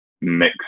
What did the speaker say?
mix